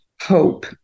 hope